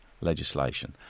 legislation